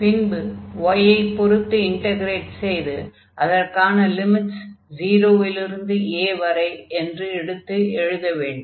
பின்பு y ஐ பொருத்து இன்டக்ரேட் செய்து அதற்கான லிமிட்ஸ் 0 லிருந்து a வரை என்று எடுத்து எழுத வேண்டும்